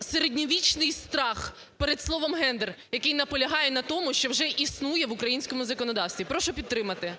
середньовічний страх перед словом гендер, який наполягає на тому, що вже існує в українському законодавстві. Прошу підтримати.